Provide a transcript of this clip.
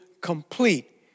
complete